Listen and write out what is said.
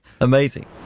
amazing